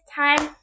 time